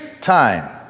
time